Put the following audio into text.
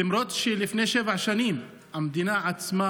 למרות שלפני שבע שנים המדינה עצמה,